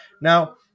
Now